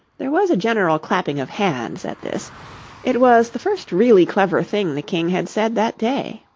there was a general clapping of hands at this it was the first really clever thing the king had said that day.